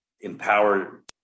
empower